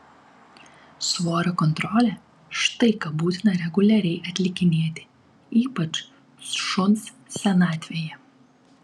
svorio kontrolė štai ką būtina reguliariai atlikinėti ypač šuns senatvėje